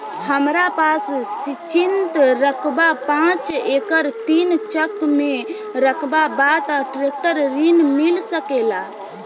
हमरा पास सिंचित रकबा पांच एकड़ तीन चक में रकबा बा त ट्रेक्टर ऋण मिल सकेला का?